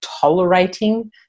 tolerating